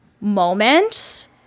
moment